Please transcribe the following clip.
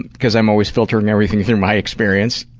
because i'm always filtering everything through my experience,